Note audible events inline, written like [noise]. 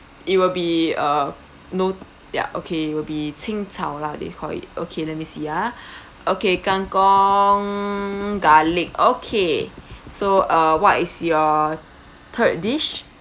it will be a no ya okay it'll be qing cao lah they call it okay let me see ah [breath] okay kangkong garlic okay so uh what is your third dish